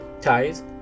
ties